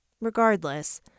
Regardless